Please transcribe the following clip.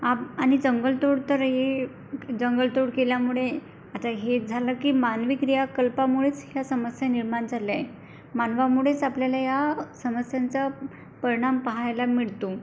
आप आणि जंगलतोड तर हे जंगलतोड केल्यामुळे आता हे झालं की मानवी क्रियाकल्पामुळेच ह्या समस्या निर्माण झालेल्या आहे मानवामुळेच आपल्याला या समस्यांचा परिणाम पहायला मिळतो